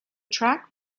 track